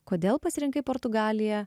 kodėl pasirinkai portugaliją